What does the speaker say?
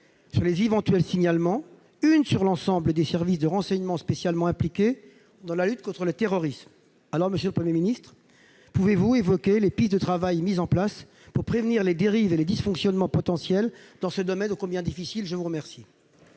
sur les éventuels signalements, l'autre sur l'ensemble des services de renseignement spécialement impliqués dans la lutte contre le terrorisme. Monsieur le Premier ministre, pouvez-vous évoquer les pistes sur lesquelles vous travaillez pour prévenir les dérives et les dysfonctionnements potentiels, dans ce domaine ô combien difficile ? La parole